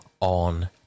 on